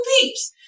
peeps